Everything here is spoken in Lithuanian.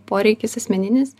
poreikis asmeninis